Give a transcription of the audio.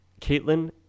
Caitlin